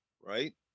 right